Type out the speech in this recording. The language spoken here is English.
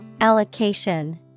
Allocation